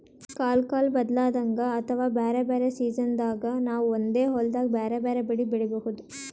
ಕಲ್ಕಾಲ್ ಬದ್ಲಾದಂಗ್ ಅಥವಾ ಬ್ಯಾರೆ ಬ್ಯಾರೆ ಸಿಜನ್ದಾಗ್ ನಾವ್ ಒಂದೇ ಹೊಲ್ದಾಗ್ ಬ್ಯಾರೆ ಬ್ಯಾರೆ ಬೆಳಿ ಬೆಳಿಬಹುದ್